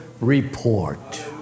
report